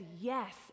yes